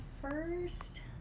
first